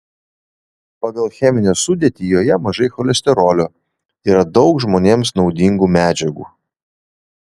pagal cheminę sudėtį joje mažai cholesterolio yra daug žmonėms naudingų medžiagų